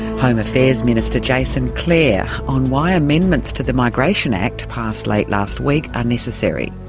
home affairs minister jason clare on why amendments to the migration act, passed late last week, are necessary.